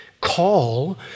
call